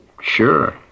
Sure